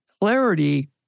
clarity